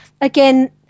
again